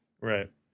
Right